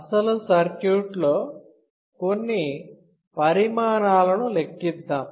అసలు సర్క్యూట్లో కొన్ని పరిమాణాలను లెక్కిద్దాం